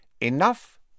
Enough